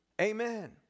Amen